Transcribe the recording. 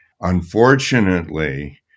unfortunately